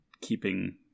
keeping